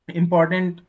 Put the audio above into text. important